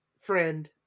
friend